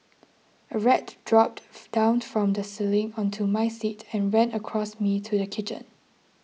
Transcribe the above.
a rat dropped down from the ceiling onto my seat and ran across me to the kitchen